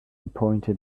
pointed